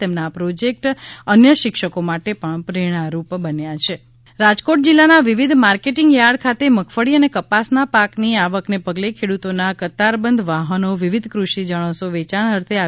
તેમના આ પ્રોજેક્ટ અન્યશિક્ષકો માટે પ્રેરણા રૂપ બન્યા છે માર્કેટીંગ યાર્ડ રાજકોટ જિલ્લાના વિવિધ માર્કેટીંગ થાર્ડ ખાતે મગફળી અને કપાસના પાકની આવકને પગલે ખેડૂતોના કતારબંધ વાહનો વિવિધ કૃષિ જણસો વેચાણ અર્થે આવી રહયા છે